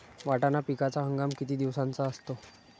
वाटाणा पिकाचा हंगाम किती दिवसांचा असतो?